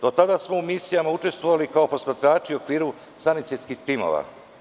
Do tada smo u misijama učestvovali kao posmatrači u okviru sanitetskih timova.